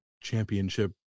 championship